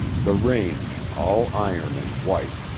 the range, all iron and white,